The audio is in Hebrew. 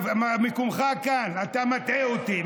מקומך כאן, אתה מטעה אותי.